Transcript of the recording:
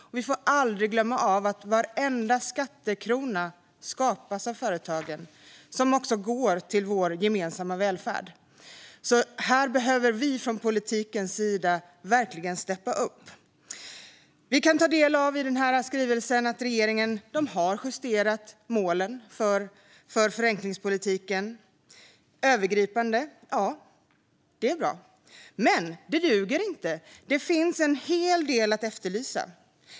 Och vi får aldrig glömma att varenda skattekrona, som också går till vår gemensamma välfärd, skapas av företagen. Här behöver alltså vi från politikens sida verkligen steppa upp. I skrivelsen kan vi ta del av att regeringen har justerat målen för förenklingspolitiken. Det är bra att det är övergripande. Men det duger inte. Det finns en hel del att efterlysa.